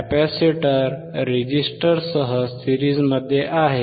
capacitor रेझिस्टरसह सिरीज़मध्ये आहे